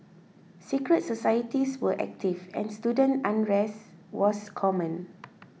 secret societies were active and student unrest was common